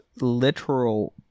literal